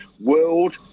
World